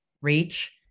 reach